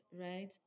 right